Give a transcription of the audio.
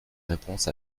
réponse